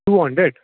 two hundred